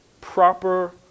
proper